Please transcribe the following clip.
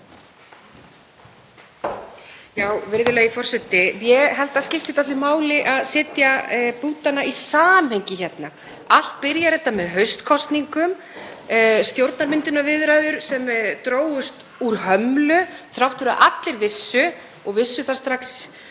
Virðulegi forseti. Ég held að það skipti máli að setja punktana í samhengi hérna. Allt byrjar þetta með haustkosningum. Stjórnarmyndunarviðræður drógust úr hömlu þrátt fyrir að allir vissu, og vissu það strax